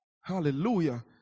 hallelujah